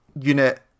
unit